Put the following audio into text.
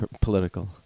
political